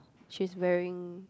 she's wearing